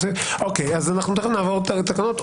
תכף נעבור לתקנות.